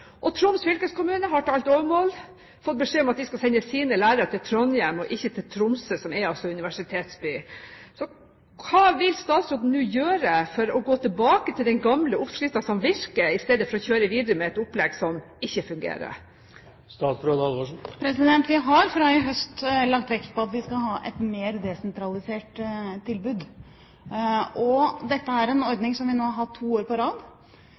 Troms fylkeskommune har til alt overmål fått beskjed om at de skal sende sine lærere til Trondheim og ikke til Tromsø, som altså er en universitetsby. Hva vil statsråden nå gjøre for å gå tilbake til den gamle oppskriften som virker, i stedet for å kjøre videre med et opplegg som ikke fungerer? Vi har, fra i høst, lagt vekt på at vi skal ha et mer desentralisert tilbud. Dette er en ordning som vi har hatt to år på rad.